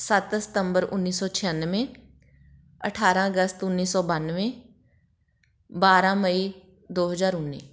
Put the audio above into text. ਸੱਤ ਸਤੰਬਰ ਉੱਨੀ ਸੌ ਛਿਆਨਵੇਂ ਅਠਾਰਾਂ ਅਗਸਤ ਉੱਨੀ ਸੌ ਬਾਨਵੇਂ ਬਾਰਾਂ ਮਈ ਦੋ ਹਜ਼ਾਰ ਉੱਨੀ